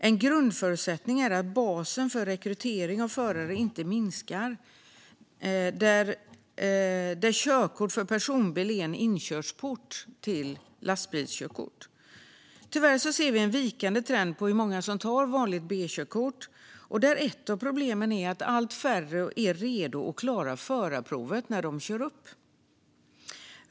En grundförutsättning är att basen för rekrytering av förare inte minskar, där körkort för personbil är en inkörsport till lastbilskörkort. Tyvärr ser vi en vikande trend på hur många som tar vanligt B-körkort. Där är ett av problemen att allt färre är redo och klarar förarprovet när de kör upp.